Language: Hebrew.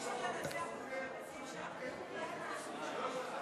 סעיפים 1 15 נתקבלו.